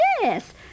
yes